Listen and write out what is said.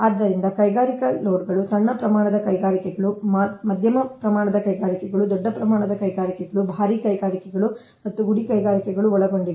ಆದ್ದರಿಂದ ಕೈಗಾರಿಕಾ ಲೋಡ್ಗಳು ಸಣ್ಣ ಪ್ರಮಾಣದ ಕೈಗಾರಿಕೆಗಳು ಮಧ್ಯಮ ಪ್ರಮಾಣದ ಕೈಗಾರಿಕೆಗಳು ದೊಡ್ಡ ಪ್ರಮಾಣದ ಕೈಗಾರಿಕೆಗಳು ಭಾರೀ ಕೈಗಾರಿಕೆಗಳು ಮತ್ತು ಗುಡಿ ಕೈಗಾರಿಕೆಗಳನ್ನು ಒಳಗೊಂಡಿದೆ